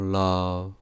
love